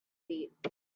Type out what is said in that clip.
feet